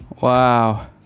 Wow